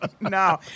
No